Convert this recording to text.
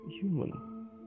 human